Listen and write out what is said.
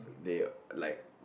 they like